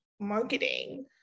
marketing